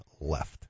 left